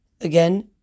again